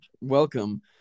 Welcome